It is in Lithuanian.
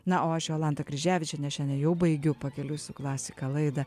na o aš jolanta kryževičienė šiandien jau baigiu pakeliui su klasika laidą